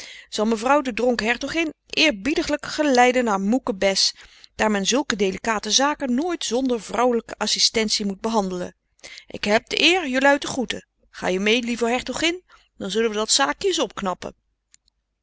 mevrouw de dronken hertogin eerbiediglijk geleiden naar moeke bess daar men zulke delicate zaken nooit zonder vrouwelijke assistentie moet behandelen ik heb de eer jelui te groeten ga je mee lieve hertogin dan zullen we dat zaakje eens opknappen